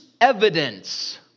evidence